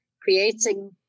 creating